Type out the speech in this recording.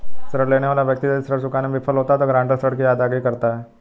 ऋण लेने वाला व्यक्ति यदि ऋण चुकाने में विफल होता है तो गारंटर ऋण की अदायगी करता है